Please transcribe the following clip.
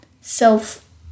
self